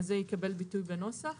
אז זה יקבל ביטוי בנוסח,